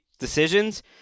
decisions